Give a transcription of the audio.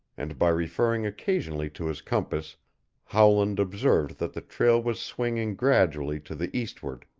and by referring occasionally to his compass howland observed that the trail was swinging gradually to the eastward.